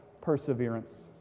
perseverance